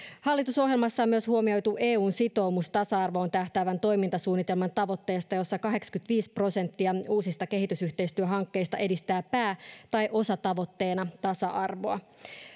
hallitusohjelmassa on myös huomioitu eun sitoumus tasa arvoon tähtäävän toimintasuunnitelman tavoitteeseen jossa kahdeksankymmentäviisi prosenttia uusista kehitysyhteistyöhankkeista edistää pää tai osatavoitteena tasa arvoa